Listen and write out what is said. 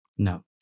No